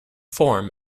form